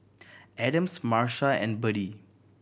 Adams Marsha and Birdie